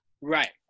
right